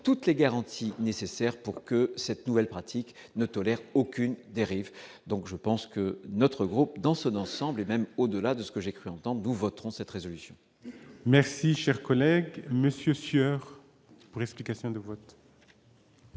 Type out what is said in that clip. toutes les garanties nécessaires pour que cette nouvelle pratique ne tolère aucune dérive, donc je pense que notre groupe dans son ensemble, et même au-delà de ce que j'ai cru longtemps, nous voterons cette résolution. Merci, cher collègue, monsieur sueur pour explication de vote.